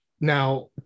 Now